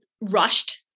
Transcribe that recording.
rushed